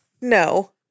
No